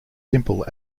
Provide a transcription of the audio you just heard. simple